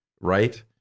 right